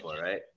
right